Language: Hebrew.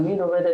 תמיד עובדת,